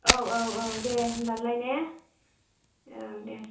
औ औ औ दे होनबालाय ने औ दे